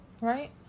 right